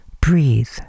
Breathe